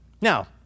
Now